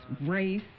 race